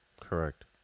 Correct